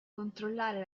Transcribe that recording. controllare